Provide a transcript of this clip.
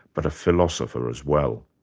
but a philosopher as well.